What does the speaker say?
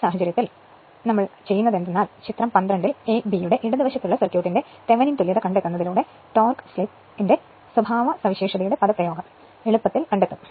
ഈ സാഹചര്യത്തിൽ നമ്മൾ ചെയ്യുന്നത് ചിത്രം 12 ൽ എ ബിയുടെ ഇടതുവശത്തുള്ള സർക്യൂട്ടിന്റെ തെവെനിൻ തുല്യത കണ്ടെത്തുന്നതിലൂടെ ടോർക്ക് സ്ലിപ്പ് സ്വഭാവവിശേഷത്തിന്റെ പദപ്രയോഗം എളുപ്പത്തിൽ ലഭിക്കും